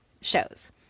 shows